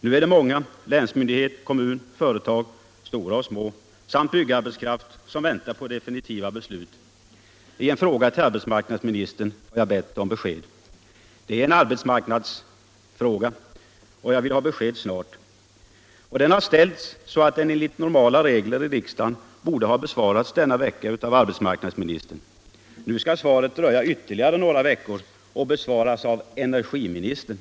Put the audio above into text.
Nu är det många, länsmyndighet, kommun, företag — stora och små — samt byggarbetskraft som väntar på definitiva beslut. I en fråga till arbetsmarknadsministern har jag bett om besked, och det behöver komma snart. Det är en arbetsmarknadsfråga, och den har ställts så att den enligt normala regler i riksdagen borde ha besvarats denna vecka av arbetsmarknadsministern. Nu skall svaret dröja ytterligare några veckor och lämnas av energiministern.